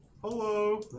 Hello